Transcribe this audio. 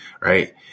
right